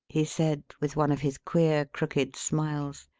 he said, with one of his queer, crooked smiles.